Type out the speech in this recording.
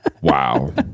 Wow